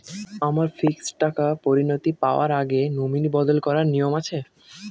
আমার ফিক্সড টাকা পরিনতি পাওয়ার আগে নমিনি বদল করার নিয়ম আছে?